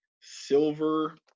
silver